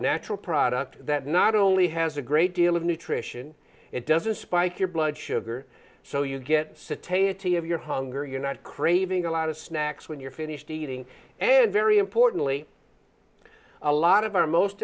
natural product that not only has a great deal of nutrition it doesn't spike your blood sugar so you get cit tea of your hunger you're not craving a lot of snacks when you're finished eating and very importantly a lot of our most